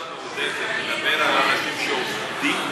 עבודה מועדפת, מדבר על האנשים שעובדים?